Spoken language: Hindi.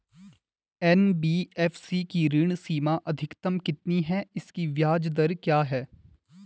एन.बी.एफ.सी की ऋण सीमा अधिकतम कितनी है इसकी ब्याज दर क्या है?